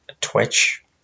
twitch